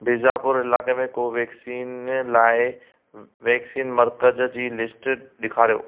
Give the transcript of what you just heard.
बीजापुर इलाइक़े में कोवैक्सीन लाइ वैक्सीन मर्कज़ जी लिस्ट ॾेखारियो